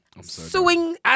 Suing